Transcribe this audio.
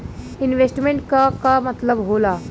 Investment क का मतलब हो ला?